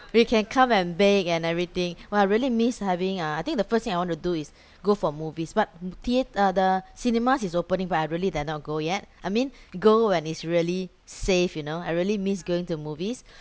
we can come and bake and everything !wah! I really miss having uh I think the first thing I want to do is go for movies but thea~ uh the cinemas is opening but I really dare not go yet I mean go when it's really safe you know I really miss going to movies